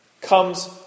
comes